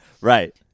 Right